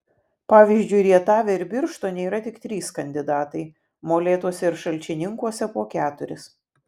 pavyzdžiui rietave ir birštone yra tik trys kandidatai molėtuose ir šalčininkuose po keturis